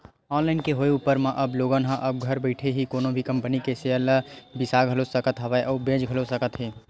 online के होय ऊपर म अब लोगन ह अब घर बइठे ही कोनो भी कंपनी के सेयर ल बिसा घलो सकत हवय अउ बेंच घलो सकत हे